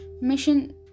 mission